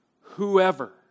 whoever